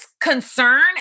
concern